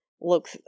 look